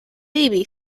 baby